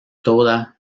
toda